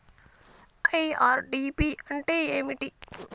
IRDP అంటే ఏమిటి?